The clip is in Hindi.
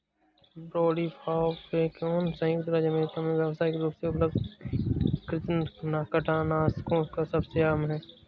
ब्रोडीफाकौम संयुक्त राज्य अमेरिका में व्यावसायिक रूप से उपलब्ध कृंतकनाशकों में सबसे आम है